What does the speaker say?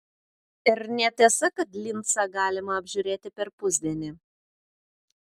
ir netiesa kad lincą galima apžiūrėti per pusdienį